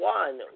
one